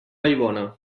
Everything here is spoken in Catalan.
vallbona